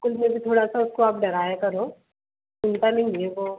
school में भी थोड़ा सा उसको आप डराया करो सुनता नहीं है वह